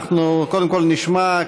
אנחנו קודם כול נשמע,